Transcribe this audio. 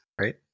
Right